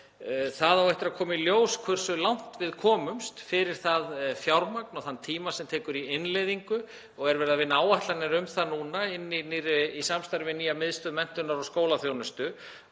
Það á eftir að koma í ljós hversu langt við komumst fyrir það fjármagn og þann tíma sem innleiðingin tekur og er verið að vinna áætlanir um það núna í samstarfi við nýja Miðstöð menntunar og skólaþjónustu